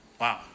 Wow